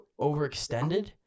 overextended